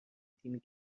تیمی